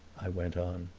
i went on.